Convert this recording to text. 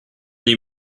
only